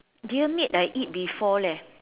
deer meat I eat before leh